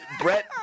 Brett